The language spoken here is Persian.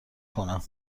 کنم